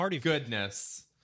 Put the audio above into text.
goodness